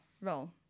role